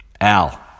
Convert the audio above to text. Al